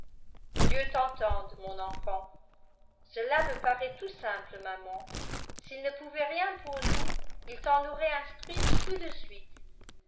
dieu t'entende mon enfant cela me paraît tout simple maman s'il ne pouvait rien pour nous il t'en aurait instruite tout de suite